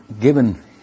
given